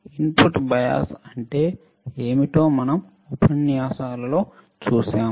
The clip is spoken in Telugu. ఇన్పుట్ బయాస్ అంటే ఏమిటో మనం ఉపన్యాసాలలో చూశాము